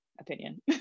opinion